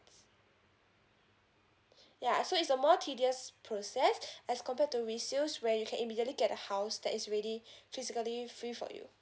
yeah so it's a more tedious process as compared to resales where you can immediately get the house that is ready physically free for you